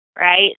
right